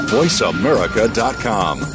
VoiceAmerica.com